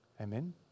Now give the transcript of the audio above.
Amen